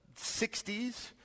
60s